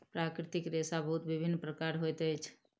प्राकृतिक रेशा बहुत विभिन्न प्रकारक होइत अछि